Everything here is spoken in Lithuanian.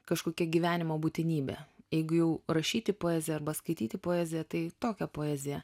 kažkokia gyvenimo būtinybė jeigu jau rašyti poeziją arba skaityti poeziją tai tokią poeziją